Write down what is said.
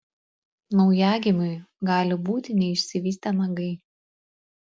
naujagimiui gali būti neišsivystę nagai